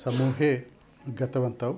समूहे गतवन्तौ